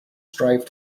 strive